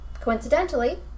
Coincidentally